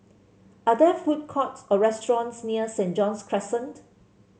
are there food courts or restaurants near Saint John's Crescent